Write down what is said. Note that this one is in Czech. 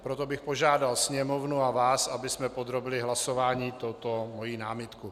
Proto bych požádal Sněmovnu a vás, abychom podrobili hlasování tuto moji námitku.